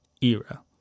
era